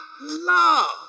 love